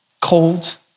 cold